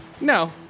No